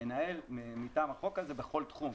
המנהל מטעם החוק הזה בכל תחום,